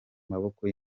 maboko